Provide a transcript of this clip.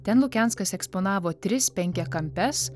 ten lukenskas eksponavo tris penkiakampes